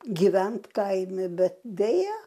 gyvent kaime bet deja